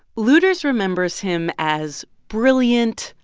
luders remembers him as brilliant,